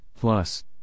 Plus